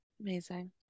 Amazing